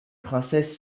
princesse